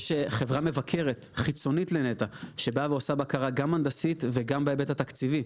יש חברה מבקרת חיצונית לנת"ע שעושה בקרה גם הנדסית וגם בהיבט התקציבי,